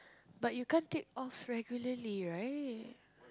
but you can't take offs regularly right